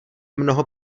mnoho